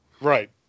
right